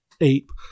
ape